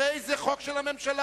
הרי זה חוק של הממשלה.